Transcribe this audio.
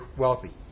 wealthy